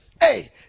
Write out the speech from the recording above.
Hey